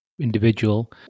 individual